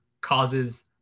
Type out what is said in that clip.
causes